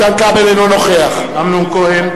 אינו נוכח אמנון כהן,